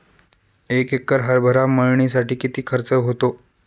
एक एकर हरभरा मळणीसाठी किती खर्च होतो?